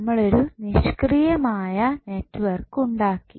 നമ്മളൊരു നിഷ്ക്രിയമായ നെറ്റ്വർക്ക് ഉണ്ടാക്കി